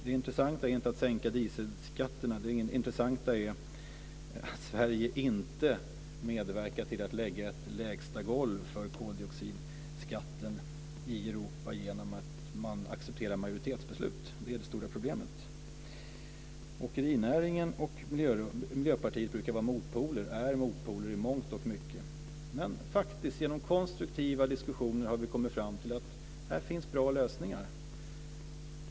Det intressanta är inte att sänka dieselskatterna; det intressanta är att Sverige inte medverkar till att lägga ett lägsta golv för koldioxidskatten i Europa genom att acceptera majoritetsbeslut. Det är det stora problemet. Åkerinäringen och Miljöpartiet brukar vara motpoler i mångt och mycket. Men genom konstruktiva diskussioner har vi faktiskt kommit fram till att här finns bra lösningar.